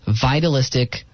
vitalistic